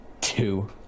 two